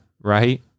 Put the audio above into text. right